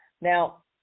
Now